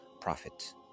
prophet